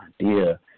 idea